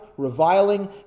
Reviling